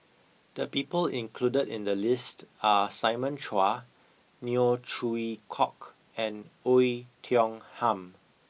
the people included in the list are Simon Chua Neo Chwee Kok and Oei Tiong Ham